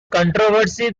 controversy